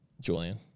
Julian